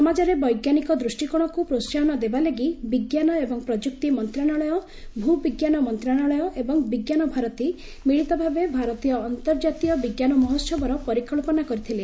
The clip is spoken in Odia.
ସମାଜରେ ବୈଜ୍ଞାନିକ ଦୃଷ୍ଟିକୋଣକୁ ପ୍ରୋହାହନ ଦେବା ଲାଗି ବିଜ୍ଞାନ ଏବଂ ପ୍ରଯୁକ୍ତି ମନ୍ତ୍ରଣାଳୟ ଭୂ ବିଜ୍ଞାନ ମନ୍ତ୍ରଣାଳୟ ଏବଂ ବିଜ୍ଞାନ ଭାରତୀ ମିଳିତ ଭାବେ ଭାରତୀୟ ଅନ୍ତର୍କାତୀୟ ବିଜ୍ଞାନ ମହୋହବର ପରିକ୍ସନା କରିଥିଲେ